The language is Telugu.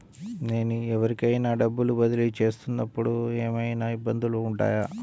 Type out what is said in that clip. నేను ఎవరికైనా డబ్బులు బదిలీ చేస్తునపుడు ఏమయినా ఇబ్బందులు వుంటాయా?